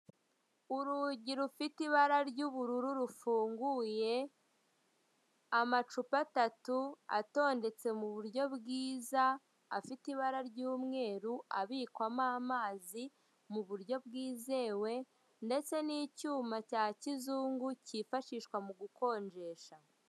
Urugi rufite ibara ry' ubururu rufunguye amacupa atatu atondetse mu buryo bwiza afite ibara ry' umweru abikwamo amazi mu buryo bwizewe ndetse n' icyuma cya kizungu kifashishwa mugukonjesha.